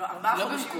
ארבעה חודשים,